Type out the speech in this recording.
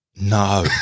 No